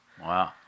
Wow